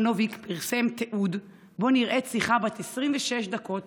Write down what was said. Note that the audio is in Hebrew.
נוביק פרסם תיעוד שבו נראית שיחה בת 26 דקות